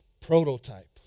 prototype